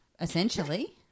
Essentially